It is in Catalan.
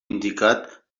indicat